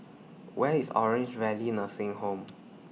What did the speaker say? Where IS Orange Valley Nursing Home